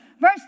Verse